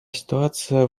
ситуация